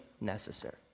necessary